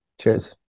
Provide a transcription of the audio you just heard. cheers